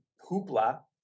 hoopla